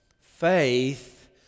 Faith